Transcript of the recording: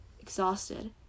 exhausted